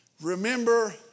remember